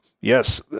Yes